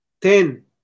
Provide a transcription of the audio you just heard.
Ten